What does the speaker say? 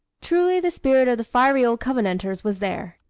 truly the spirit of the fiery old covenanters was there!